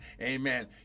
Amen